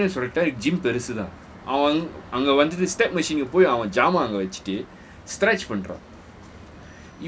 நான் ஏற்கனவே சொல்லிட்டேன்:naan eatkanawea sollittan gym பெருசு தான் அங்க வந்து:perusu thaan anga wanthu step machine கு போய் அவன் ஜாம் ஆஹா வெச்சிட்டு:ku poi awan jaam aaha wechittu stretch பன்றான்:panraan